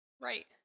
right